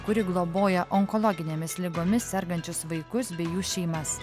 kuri globoja onkologinėmis ligomis sergančius vaikus bei jų šeimas